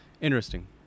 interesting